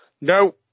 no